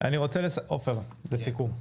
עופר, סיכום.